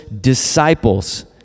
disciples